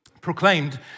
proclaimed